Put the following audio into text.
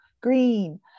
green